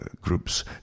groups